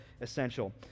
essential